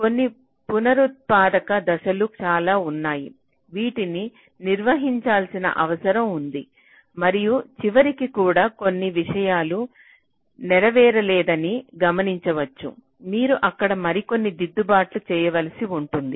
కొన్ని పునరుత్పాదక దశలు చాలా ఉన్నాయి వీటిని నిర్వహించాల్సిన అవసరం ఉంది మరియు చివరికి కూడా కొన్ని విషయాలు నెరవేరలేదని గమనించవచ్చు మీరు అక్కడ మరికొన్ని దిద్దుబాట్లు చేయవలసి ఉంటుంది